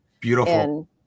beautiful